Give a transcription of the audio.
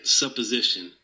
supposition